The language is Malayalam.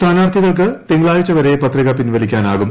സ്ഥാനാർത്ഥീകൾക്ക് തിങ്കളാഴ്ച വരെ പത്രിക പിൻവലിക്കാനാകും